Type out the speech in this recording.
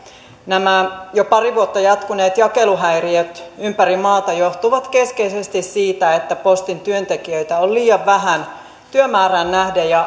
nämä jo pari vuotta jatkuneet jakeluhäiriöt ympäri maata johtuvat keskeisesti siitä että postin työntekijöitä on liian vähän työmäärään nähden